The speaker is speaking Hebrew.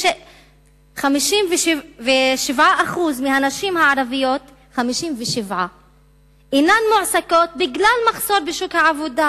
כי 57% מהנשים הערביות אינן מועסקות בגלל מחסור בשוק העבודה,